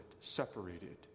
separated